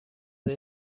این